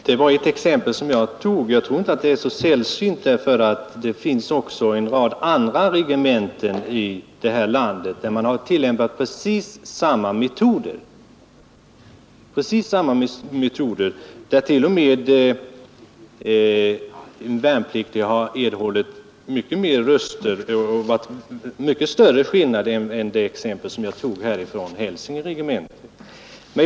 Herr talman! Det fall som jag tog upp tror jag inte är någonting sällsynt — på en rad andra regementen i landet har man tillämpat precis samma metoder även när skillnaden i antalet röster varit mycket större än i det fall som jag tog upp från Hälsinge regemente.